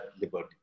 liberty